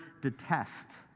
detest